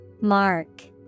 mark